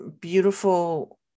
beautiful